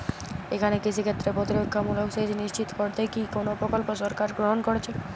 এখানে কৃষিক্ষেত্রে প্রতিরক্ষামূলক সেচ নিশ্চিত করতে কি কোনো প্রকল্প সরকার গ্রহন করেছে?